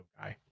guy